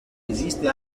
esiste